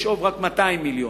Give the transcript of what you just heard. לשאוב רק 200 מיליון.